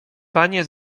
panie